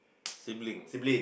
sibling